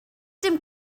dim